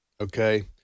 okay